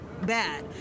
bad